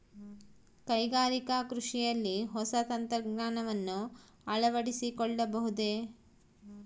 ಕೈಗಾರಿಕಾ ಕೃಷಿಯಲ್ಲಿ ಹೊಸ ತಂತ್ರಜ್ಞಾನವನ್ನ ಅಳವಡಿಸಿಕೊಳ್ಳಬಹುದೇ?